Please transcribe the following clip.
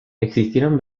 existieron